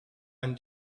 ein